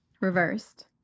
reversed